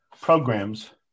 programs